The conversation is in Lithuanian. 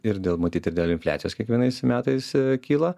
ir dėl matyt ir dėl infliacijos kiekvienais metais kyla